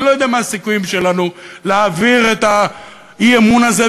אני לא יודע מה הסיכויים שלנו להעביר את האי-אמון הזה,